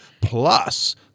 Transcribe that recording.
plus